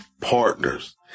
partners